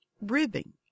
ribbing